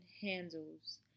handles